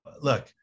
look